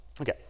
Okay